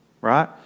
right